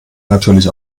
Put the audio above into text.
natürlich